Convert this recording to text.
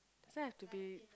this one have to be